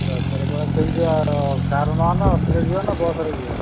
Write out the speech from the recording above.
ରବିବାର ପରା କେମତି କାର୍ ନେବା ନା ଅଟୋରେ ଯିବା ନା ବସ୍ରେ ଯିବା